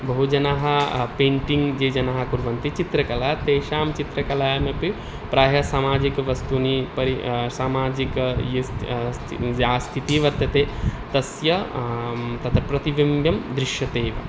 बहुजनाः पेण्टिङ्ग् ये जनाः कुर्वन्ति चित्रकला तेषां चित्रकलायामपि प्रायः समाजिकवस्तूनि परि सामाजिक यस् अस्ति या स्थितिः वर्तते तस्याः तत्र प्रतिबिम्बं दृश्यते एव